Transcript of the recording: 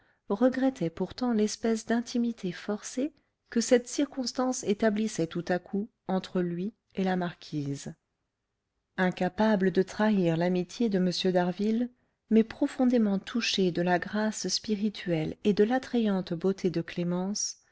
regrettait pourtant l'espèce d'intimité forcée que cette circonstance établissait tout à coup entre lui et la marquise incapable de trahir l'amitié de m d'harville mais profondément touché de la grâce spirituelle et de l'attrayante beauté de clémence